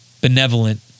benevolent